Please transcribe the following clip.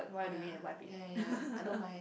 oh ya ya ya ya I don't mind